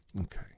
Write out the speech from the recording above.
Okay